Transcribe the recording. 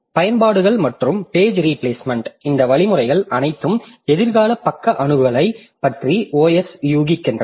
பயன்பாடுகள் மற்றும் page replacement இந்த வழிமுறைகள் அனைத்தும் எதிர்கால பக்க அணுகலைப் பற்றி OS யூகிக்கின்றன